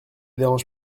dérange